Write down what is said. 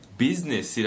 business